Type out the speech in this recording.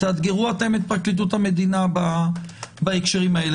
תאתגרו אתם את פרקליטות המדינה בהקשרים האלה.